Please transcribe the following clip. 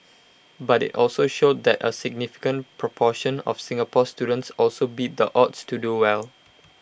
but IT also showed that A significant proportion of Singapore students also beat the odds to do well